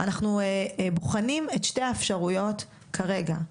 אנחנו בוחנים את שתי האפשרויות כרגע,